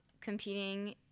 competing